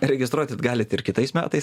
registruotit galit ir kitais metais